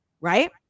right